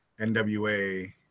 NWA